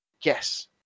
yes